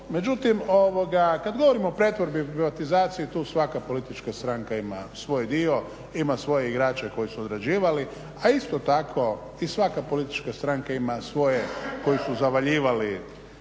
Međutim, kad govorimo o pretvorbi i privatizaciji tu svaka politička stranka ima svoj dio, ima svoje igrače koji su odrađivali, a isto tako i svaka politička stranka ima svoje koji su zavaljivali.